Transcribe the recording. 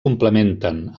complementen